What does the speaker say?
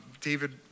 David